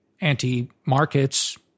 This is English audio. anti-markets